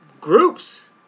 Groups